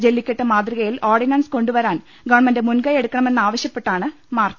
ജെല്ലിക്കെട്ട് മാതൃകയിൽ ഓർഡിനൻസ് കൊണ്ടുവരാൻ ഗവൺമെൻറ് മുൻകൈ എടുക്കണമെന്ന് ആവശ്യ പ്പെട്ടാണ് മാർച്ച്